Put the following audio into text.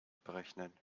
berechnen